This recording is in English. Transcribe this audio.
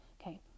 Okay